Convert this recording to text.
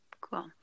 Cool